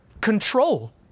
control